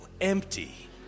Empty